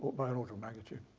by an order of magnitude.